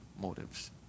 motives